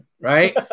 right